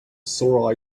sore